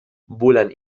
bulan